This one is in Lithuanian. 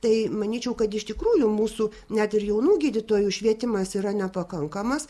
tai manyčiau kad iš tikrųjų mūsų net ir jaunų gydytojų švietimas yra nepakankamas